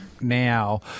now